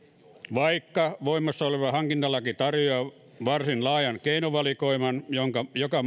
vaikka voimassa oleva hankintalaki tarjoaa varsin laajan keinovalikoiman joka